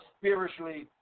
spiritually